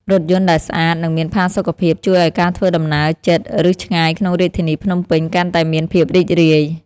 រថយន្តដែលស្អាត និងមានផាសុកភាពជួយឱ្យការធ្វើដំណើរជិត ឬឆ្ងាយក្នុងរាជធានីភ្នំពេញកាន់តែមានភាពរីករាយ។